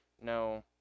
No